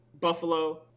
Buffalo